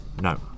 No